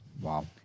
wow